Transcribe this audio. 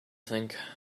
think